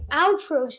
outro